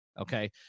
Okay